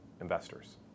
investors